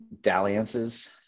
dalliances